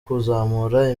kuzamura